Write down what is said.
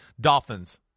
Dolphins